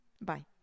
bye